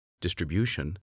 distribution